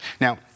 Now